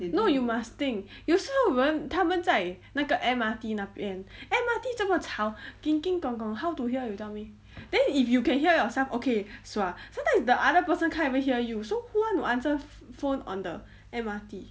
no you must think 有时候人他们在那个 M_R_T 那边 M_R_T 这么吵 how to hear you tell me then if you can hear yourself okay sua sometimes the other person can't even hear you so who want to answer phone on the M_R_T